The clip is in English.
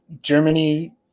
Germany